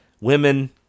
Women